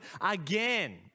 again